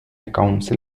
council